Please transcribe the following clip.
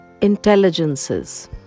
intelligences